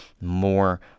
more